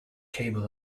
cable